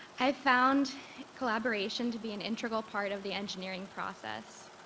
i found collaboration to be an integral part of the engineering process.